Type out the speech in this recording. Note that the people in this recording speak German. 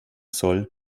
soll